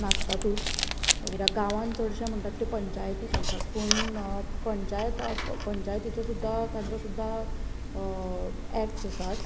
नासतातूच गांवान चडशें म्हणटात ते पंचायती चलतात पूण पंचयात पंचायतीचो सुदा तांचो सुदा अेक्ट्स आसात